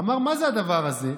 אמר: מה זה הדבר הזה?